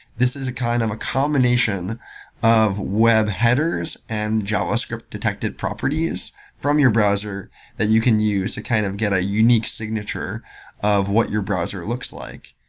this is a kind of a combination of web headers and javascript detected properties from your browser that you can use to kind of get a unique signature of what your browser looks like.